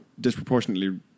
disproportionately